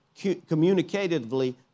communicatively